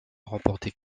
remporté